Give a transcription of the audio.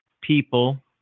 people